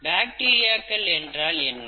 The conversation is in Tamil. பாக்டீரியாக்கள் என்றால் என்ன